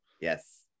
Yes